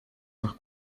nach